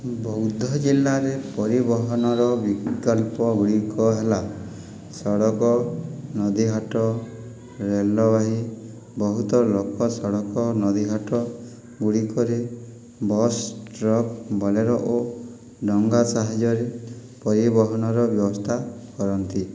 ବୌଦ୍ଧ ଜିଲ୍ଲାରେ ପରିବହନର ବିକଳ୍ପ ଗୁଡ଼ିକ ହେଲା ସଡ଼କ ନଦୀଘାଟ ରେଳବାହି ବହୁତ ଲୋକ ସଡ଼କ ନଦୀଘାଟ ଗୁଡ଼ିକରେ ବସ୍ ଟ୍ରକ୍ ବୋଲେରୋ ଓ ଡଙ୍ଗା ସାହାଯ୍ୟରେ ପରିବହନର ବ୍ୟବସ୍ଥା କରନ୍ତି